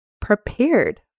prepared